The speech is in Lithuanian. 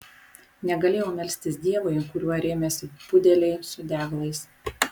negalėjau melstis dievui kuriuo rėmėsi budeliai su deglais